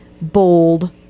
bold